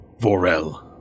Vorel